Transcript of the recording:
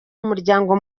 umuryango